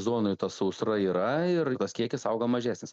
zonoj ta sausra yra ir tas kiekis auga mažesnis